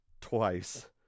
twice